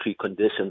conditions